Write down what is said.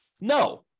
No